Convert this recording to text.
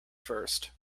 first